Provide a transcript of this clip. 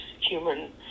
human